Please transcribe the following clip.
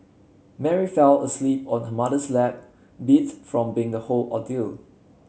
Mary fell asleep on her mother's lap beats from the whole ordeal